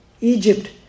Egypt